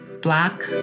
Black